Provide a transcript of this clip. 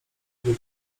mogę